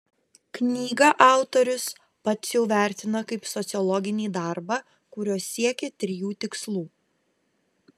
knygą autorius pats jau vertina kaip sociologinį darbą kuriuo siekė trijų tikslų